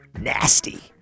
nasty